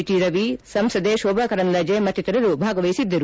T Ravi ಸಂಸದೆ ಸೋಭಾ ಕರಂದ್ಲಾಜೆ ಮತ್ತಿತರರು ಭಾಗವಹಿಸಿದ್ದರು